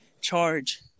charge